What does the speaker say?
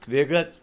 वेगळाच